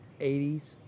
80s